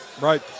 Right